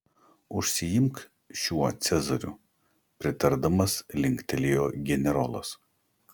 užsiimk šiuo cezariu pritardamas linktelėjo generolas